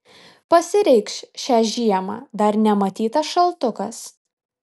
pasireikš šią žiemą dar nematytas šaltukas